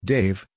Dave